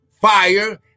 fire